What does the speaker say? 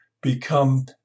become